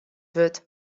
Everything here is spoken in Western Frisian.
wurd